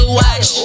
watch